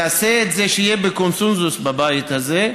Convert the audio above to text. תעשה את זה שיהיה בקונסנזוס בבית הזה,